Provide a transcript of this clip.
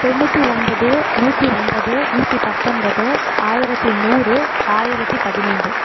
தொண்ணூற்றி ஒன்பது நூற்றி ஒன்பது நூற்றி பத்தொன்பது ஆயிரத்து நூறு ஆயிரத்து பதினைந்து